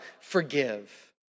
forgive